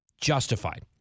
Justified